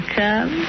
come